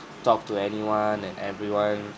talk to anyone and everyone